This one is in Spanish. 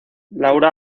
laura